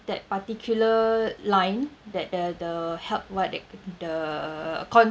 that particular line that the the help what that the